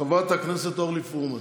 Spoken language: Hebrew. חברת הכנסת אורלי פורמן,